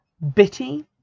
bitty